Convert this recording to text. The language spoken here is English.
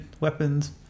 weapons